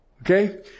Okay